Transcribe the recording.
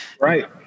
Right